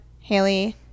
Haley